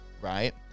right